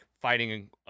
fighting